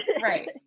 right